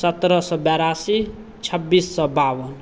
सतरह सओ बेरासी छब्बीस सओ बावन